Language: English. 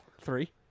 three